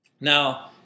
Now